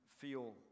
feel